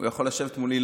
הוא יכול לשבת מולי,